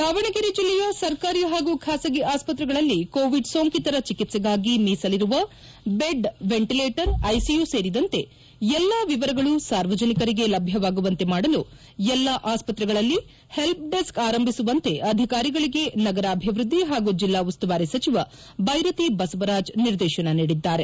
ದಾವಣಗೆರೆ ಜಿಲ್ಲೆಯ ಸರ್ಕಾರಿ ಹಾಗೂ ಖಾಸಗಿ ಆಸ್ಪತ್ರೆಗಳಲ್ಲಿ ಕೋವಿಡ್ ಸೋಂಕಿತರ ಚಿಕಿತ್ಸೆಗಾಗಿ ಮೀಸಲಿರುವ ಬೆಡ್ ವೆಂಟಲೇಟರ್ ಐಸಿಯು ಸೇರಿದಂತೆ ಎಲ್ಲ ವಿವರಗಳು ಸಾರ್ವಜನಿಕರಿಗೆ ಲಭ್ಯವಾಗುವಂತೆ ಮಾಡಲು ಎಲ್ಲ ಆಸ್ತತ್ರೆಗಳಲ್ಲಿ ಹೆಲ್ಪೆಡೆಸ್ಕ್ ಆರಂಭಿಸುವಂತೆ ಅಧಿಕಾರಿಗಳಿಗೆ ನಗರಾಭಿವೃದ್ಧಿ ಹಾಗೂ ಜಿಲ್ಲಾ ಉಸ್ತುವಾರಿ ಸಚಿವ ಬೈರತಿ ಬಸವರಾಜ್ ನಿರ್ದೇಶನ ನೀಡಿದ್ದಾರೆ